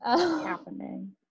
happening